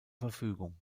verfügung